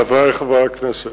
חברי חברי הכנסת,